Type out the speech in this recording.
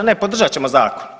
Ne, podržat ćemo zakon.